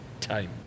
time